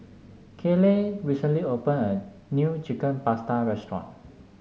Kayleigh recently open a new Chicken Pasta restaurant